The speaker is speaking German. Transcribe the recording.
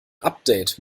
update